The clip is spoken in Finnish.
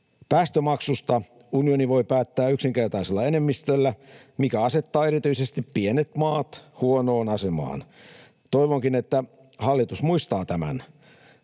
Päästömaksusta unioni voi päättää yksinkertaisella enemmistöllä, mikä asettaa erityisesti pienet maat huonoon asemaan. Toivonkin, että hallitus muistaa tämän